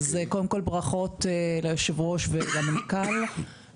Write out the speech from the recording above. קודם כל ברכות ליושב-ראש ולמנכ"ל.